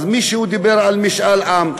מישהו דיבר על משאל עם.